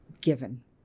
given